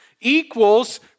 equals